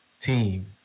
team